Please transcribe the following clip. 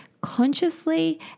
consciously